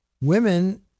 Women